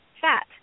fat